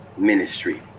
Ministry